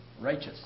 righteous